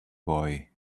boy